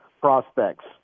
prospects